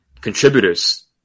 contributors